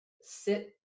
sit